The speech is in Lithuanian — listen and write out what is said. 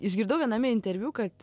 išgirdau viename interviu kad